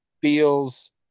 feels